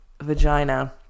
vagina